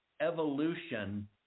evolution